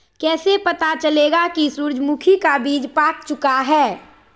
कैसे पता चलेगा की सूरजमुखी का बिज पाक चूका है?